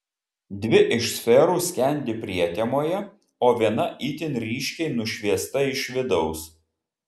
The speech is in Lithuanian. dvi iš sferų skendi prietemoje o viena itin ryškiai nušviesta iš vidaus